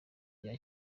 bya